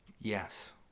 yes